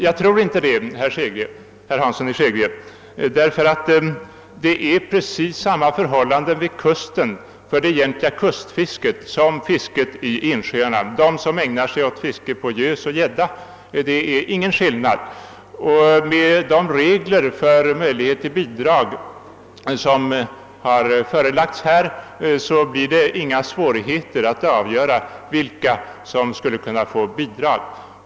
Jag tror inte att det skulle uppstå så svåra problem, herr Hansson — det råder ju precis samma förhållanden för det egentliga kustfisket som för fisket i insjöarna, d.v.s. fisket av gös och gädda. Med de regler för bidragsgivningen som föreslagits blir det inga svårigheter att avgöra vilka som skulle kunna få bidrag.